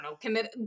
commit